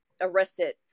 arrested